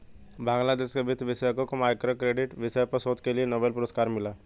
बांग्लादेश के वित्त विशेषज्ञ को माइक्रो क्रेडिट विषय पर शोध के लिए नोबेल पुरस्कार मिला